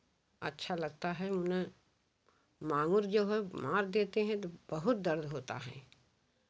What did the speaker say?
अच्छा लगता है उन्हें मांगुर जो है मार देते हैं तो बहुत दर्द होता है